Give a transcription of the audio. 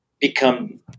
become